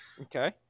Okay